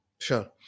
Sure